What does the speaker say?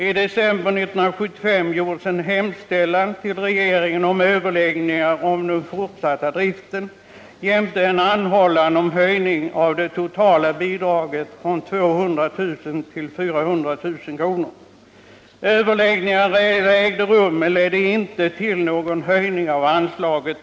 I december 1975 gjordes en hemställan till regeringen om överläggningar om den fortsatta driften, jämte en anhållan om höjning av det totala bidraget från 200 000 till 400 000 kr. Överläggningar ägde rum men dessa ledde inte till någon höjning av anslaget.